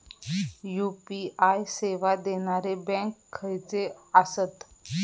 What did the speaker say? UPI सेवा देणारे bank खयचे आसत?